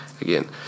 Again